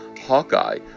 Hawkeye